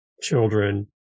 children